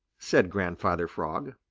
said grandfather frog.